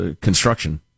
construction